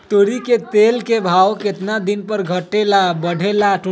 तोरी के तेल के भाव केतना दिन पर घटे ला बढ़े ला?